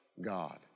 God